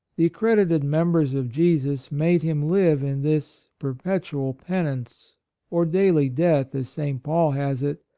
the accredited members of jesus made him live in this perpetual penance or daily death, as st. paul has it,